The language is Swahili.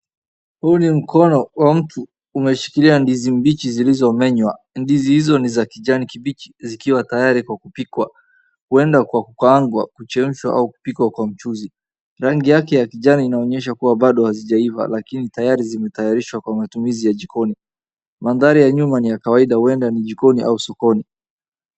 Huu ni mkono wa mtu umeshikilia ndizi mbichi zilizomenywa ndizi hizo ni za kijani kibichi zikiwa tayari kwa kupikwa huenda kwa kuaangwa, kuchemshwa au kupikwa kwa mchuzi rangi yake ya kijani inaonyesha kuwa bado hazijeiva lakini tayari zimetayarishwa kwa matumizi ya jikoni madhari ya nyuma ni ya kawaida huenda ni jikoni au sokoni.